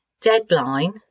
deadline